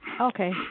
Okay